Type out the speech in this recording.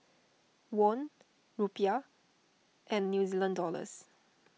Won Rupiah and New Zealand Dollars